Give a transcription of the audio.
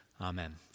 amen